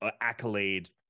accolade